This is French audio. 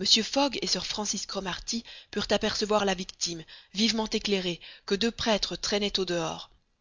mr fogg et sir francis cromarty purent apercevoir la victime vivement éclairée que deux prêtres traînaient au-dehors